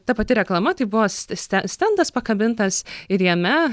ta pati reklama tai buvo st ste stendas pakabintas ir jame